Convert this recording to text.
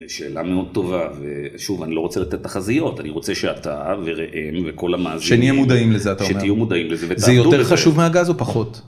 שאלה מאוד טובה, ושוב, אני לא רוצה לתת תחזיות, אני רוצה שאתה וראם, כל המאזינים, שתהיו מודעים לזה ותעבדו בזה. זה יותר חשוב מהגז או פחות?